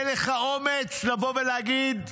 אין לך אומץ לבוא ולהגיד: